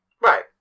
Right